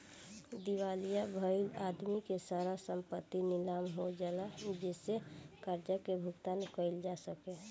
दिवालिया भईल आदमी के सारा संपत्ति नीलाम होला जेसे कर्जा के भुगतान कईल जा सके